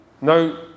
No